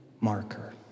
marker